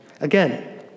Again